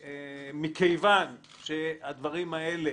מכיוון ששני הדברים האלה